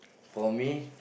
for me